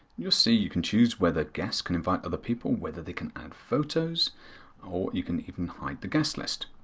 you will see you can choose whether guests can invite other people, whether they can add photos or you can even hide the guest list.